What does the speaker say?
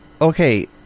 Okay